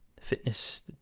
fitness